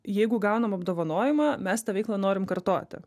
jeigu gaunam apdovanojimą mes tą veiklą norim kartoti